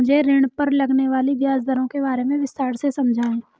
मुझे ऋण पर लगने वाली ब्याज दरों के बारे में विस्तार से समझाएं